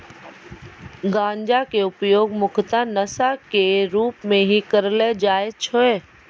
गांजा के उपयोग मुख्यतः नशा के रूप में हीं करलो जाय छै